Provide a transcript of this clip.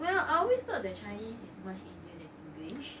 well I always thought that chinese is much easier than english